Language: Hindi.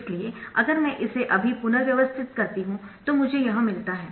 इसलिए अगर मैं इसे अभी पुनर्व्यवस्थित करती हूं तो मुझे यह मिलता है